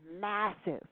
massive